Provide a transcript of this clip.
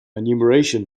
enumeration